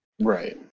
Right